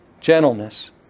gentleness